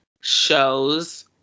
shows